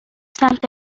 سمت